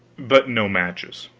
but no matches.